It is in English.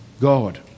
God